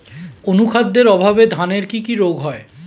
অনুখাদ্যের অভাবে ধানের কি কি রোগ হয়?